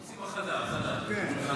עושים הכנה, הכנה.